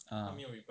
ah